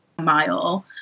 mile